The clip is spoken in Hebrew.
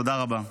תודה רבה.